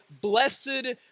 Blessed